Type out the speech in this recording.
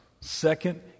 second